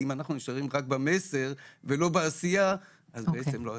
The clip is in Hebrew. כי אם אנחנו נשארים רק במסר ולא בעשייה אז בעצם לא עשינו.